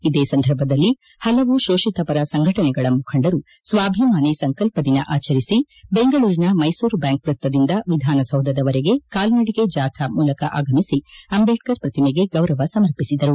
ಇದೇ ಸಂದರ್ಭದಲ್ಲಿ ಹಲವು ಶೋಷಿತ ಪರ ಸಂಘಟನೆಗಳ ಮುಖಂಡರು ಸ್ವಾಭಿಮಾನಿ ಸಂಕಲ್ಪ ದಿನ ಆಚರಿಸಿ ಬೆಂಗಳೂರಿ ಮೈಸೂರು ಬ್ಯಾಂಕ್ ವೃತ್ತದಿಂದ ವಿಧಾನಸೌಧವರೆಗೆ ಕಾಲ್ನಡಿಗೆ ಜಾಥಾ ಮೂಲಕ ಆಗಮಿಸಿ ಅಂಬೇಡ್ಕರ್ ಪ್ರತಿಮೆಗೆ ಗೌರವ ಸಮರ್ಪಿಸಿದರು